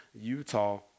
Utah